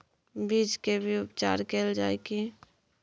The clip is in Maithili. बीज के भी उपचार कैल जाय की?